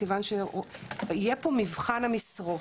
יהיה פה מבחן המשרות: